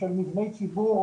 של מבני ציבור,